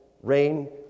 Rain